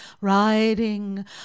riding